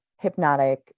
hypnotic